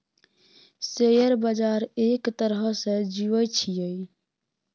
share बजार एक तरहसँ जुऐ छियै